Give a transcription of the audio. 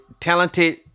Talented